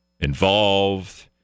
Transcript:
involved